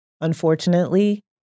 unfortunately